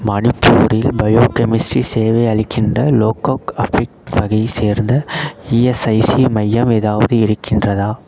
மணிப்பூரில் பயோகெமிஸ்ட்ரி சேவை அளிக்கின்ற லோக்கோக் அஃபிக் வகையைச் சேர்ந்த இஎஸ்ஐசி மையம் ஏதாவது இருக்கின்றதா